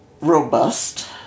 robust